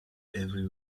every